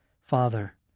Father